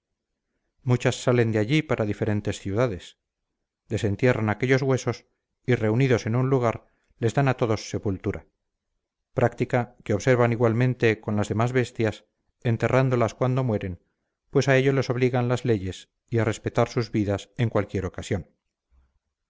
muchas salen de allí para diferentes ciudades desentierran aquellos huesos y reunidos en un lugar les dan a todos sepultura práctica que observan igualmente con las demás bestias enterrándolas cuando mueren pues a ello les obligan las leyes y a respetar sus vidas en cualquier ocasión